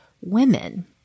women